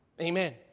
Amen